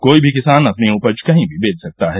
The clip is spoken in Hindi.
कोई भी किसान अपनी उपज कहीं भी बेच सकता है